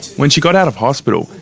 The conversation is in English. when she got out of hospital,